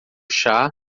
chá